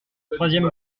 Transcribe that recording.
troisième